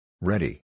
Ready